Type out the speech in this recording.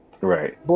Right